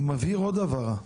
אני מבהיר עוד הבהרה,